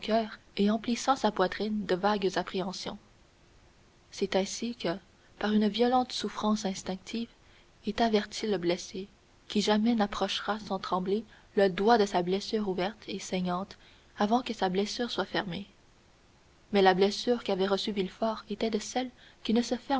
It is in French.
et emplissant sa poitrine de vagues appréhensions c'est ainsi que par une violente souffrance instinctive est averti le blessé qui jamais n'approchera sans trembler le doigt de sa blessure ouverte et saignante avant que sa blessure soit fermée mais la blessure qu'avait reçue villefort était de celles qui ne se